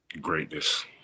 Greatness